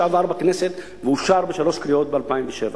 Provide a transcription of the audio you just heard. שעבר בכנסת ואושר בשלוש קריאות ב-2007.